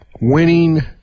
winning